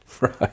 Right